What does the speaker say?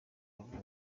avura